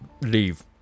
leave